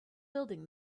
building